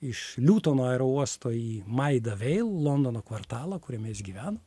iš liutono aerouosto į maida veil londono kvartalą kuriame jis gyveno